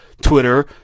Twitter